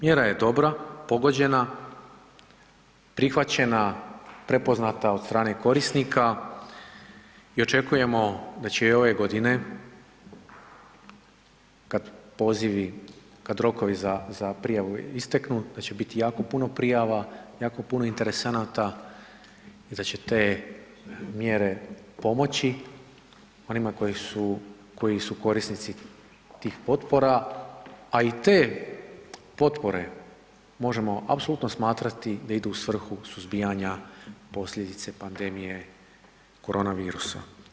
Mjera je dobra, pogođena, prihvaćena, prepoznata od strane korisnika i očekujemo da će i ove godine kad pozivi, kad rokovi za prijavu isteknu, da će biti jako puno prijava, jako puno interesenata i da će te mjere pomoći onima koji su korisnici tih potpora, a i te potpore možemo apsolutno smatrati da idu u svrhu suzbijanja posljedice pandemije koronavirusa.